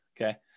Okay